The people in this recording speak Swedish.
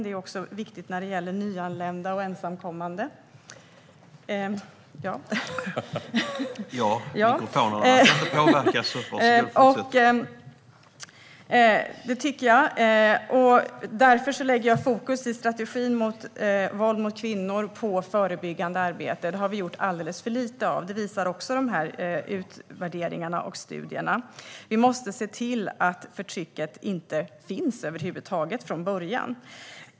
Det är också viktigt när det gäller nyanlända och ensamkommande. Därför lägger jag fokus på förebyggande arbete i strategin mot våld mot kvinnor. Det har vi gjort alldeles för lite av. Det visar också utvärderingarna och studierna. Vi måste se till att förtrycket inte finns från början över huvud taget.